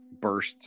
burst